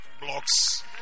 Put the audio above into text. blocks